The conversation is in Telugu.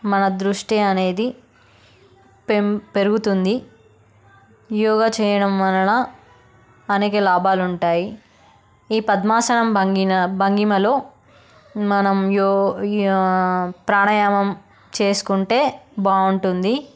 మన దృష్టి అనేది పెం పెరుగుతుంది యోగా చేయడం వలన మనకి లాభాలు ఉంటాయి ఈ పద్మాసనం భంగిన భంగిమలో మనం యో ప్రాణాయమం చేసుకుంటే బాగుంటుంది